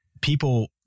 People